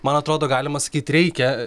man atrodo galima sakyti reikia